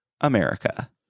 America